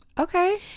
Okay